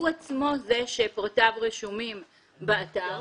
הוא עצמו זה שפרטיו רשומים באתר,